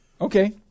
okay